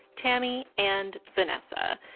tammy and vanessa.